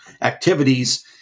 activities